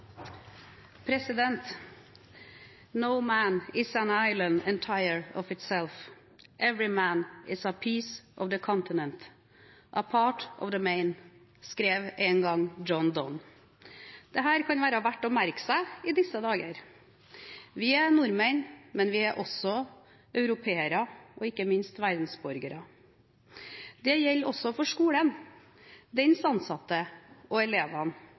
of itself, every man is a piece of the continent, a part of the main», skrev en gang John Donne. Dette kan være verdt å merke seg i disse dager. Vi er nordmenn, men vi er også europeere og ikke minst verdensborgere. Det gjelder også for skolen, dens ansatte og elevene.